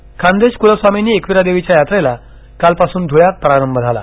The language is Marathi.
यात्रा खानदेश कुलस्वामिनी एकवीरादेवीच्या यात्रेला कालपासून धुळ्यात प्रारंभ झाला